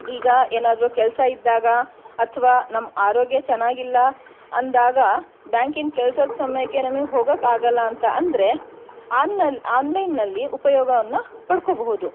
ಈಗ ಏನಾದರೂ ಕೆಲಸ ಇದ್ದಾಗ ಅಥವಾ ನಮ್ಮ ಆರೋಗ್ಯ ಚೆನ್ನಾಗಿಲ್ಲ ಅಂದಾಗ ಬ್ಯಾಂಕಿನ ಕೆಲಸದ ಸಮಯಕ್ಕೆ ನಮಗೆ ಹೋಗೋಕ್ಕಾಗಲ್ಲ ಅಂತ ಅಂದರೆ ಆನ್ನ್ ಆನ್ಲೈನ್ನಲ್ಲಿ ಉಪಯೋಗವನ್ನು ಪಡ್ಕೊಬಹುದು